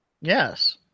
Yes